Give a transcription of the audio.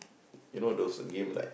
you know those game like